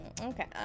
Okay